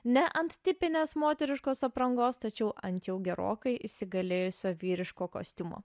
ne ant tipinės moteriškos aprangos tačiau ant jau gerokai įsigalėjusio vyriško kostiumo